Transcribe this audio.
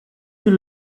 you